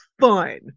fun